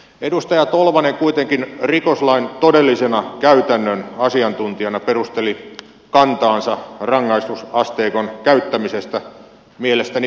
edustaja tolvanen kuitenkin rikoslain todellisena käytännön asiantuntijana perusteli kantaansa rangaistusasteikon käyttämisestä mielestäni viisaalla tavalla